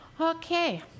Okay